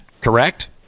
Correct